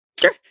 Sure